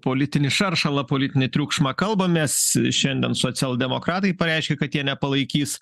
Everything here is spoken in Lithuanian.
politinį šaršalą politinį triukšmą kalbamės šiandien socialdemokratai pareiškė kad jie nepalaikys